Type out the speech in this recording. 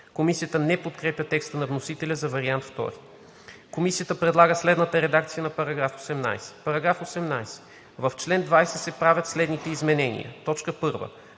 Комисията не подкрепя текста на вносителя за вариант II. Комисията предлага следната редакция на § 18: „§ 18. В чл. 20 се правят следните изменения: 1.